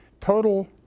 total